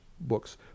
books